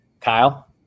Kyle